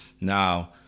Now